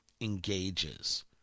engages